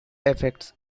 effects